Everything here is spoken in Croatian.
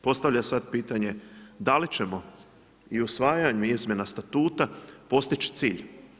Postavljam sada pitanje, da li ćemo i usvajanje izmjena statuta, postići cilj.